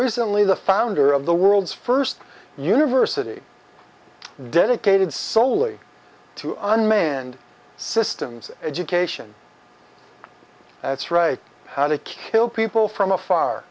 recently the founder of the world's first university dedicated soley to unmanned systems education that's right how to kill people from afar